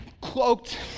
cloaked